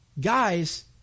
Guys